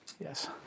Yes